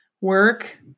work